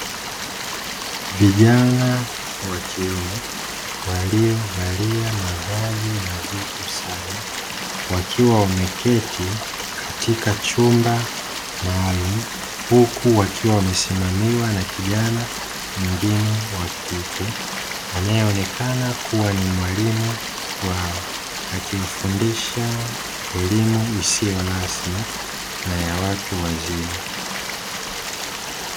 Vijana wakiume waliyovalia mavazi nadhifu sana wakiwa wameketi katika chumba maalumu huku wakiwa wamesimamiwa na kijana mwingine wakike, anayeonekana kuwa ni mwalimu wao akiwafundisha elimu isiyo rasmi na ya watu wazima.